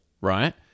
right